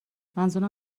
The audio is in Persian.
منظورم